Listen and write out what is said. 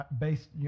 based